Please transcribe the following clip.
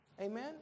Amen